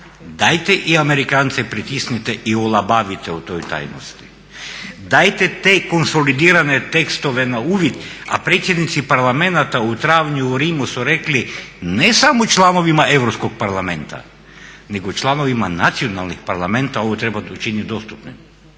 dajte i Amerikance pritisnite i olabavite u toj tajnosti, dajte te konsolidirane tekstove na uvid, a predsjednici parlamenata u travnju u Rimu su rekli ne samo članovima Europskog parlamenta nego i članovima nacionalnih parlamenata ovo treba učiniti dostupnim.